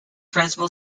principal